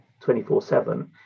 24-7